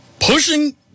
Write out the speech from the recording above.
pushing